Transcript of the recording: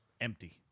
empty